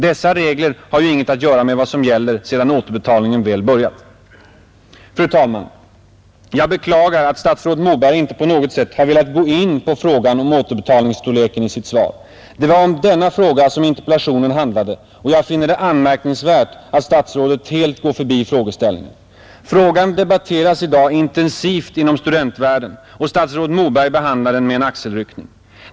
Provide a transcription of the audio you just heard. Dessa regler har ju inget att göra med vad som gäller sedan återbetalningen väl börjat. Fru talman! Jag beklagar att statsrådet Moberg i sitt svar inte på något sätt har velat gå in på frågan om återbetalningens storlek. Det var om denna fråga som interpellationen handlade, och jag finner det anmärkningsvärt att statsrådet helt går förbi frågeställningen. Frågan debatteras i dag intensivt inom studentvärlden, och statsrådet Moberg behandlar den med en axelryckning.